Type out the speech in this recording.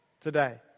today